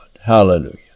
Hallelujah